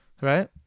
Right